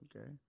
Okay